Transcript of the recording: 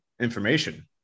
information